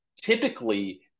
typically